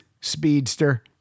speedster